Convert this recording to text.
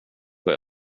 får